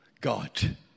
God